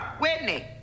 whitney